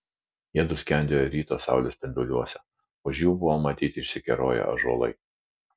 jiedu skendėjo ryto saulės spinduliuose už jų buvo matyti išsikeroję ąžuolai